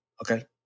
Okay